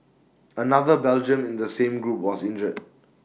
another Belgian in the same group was injured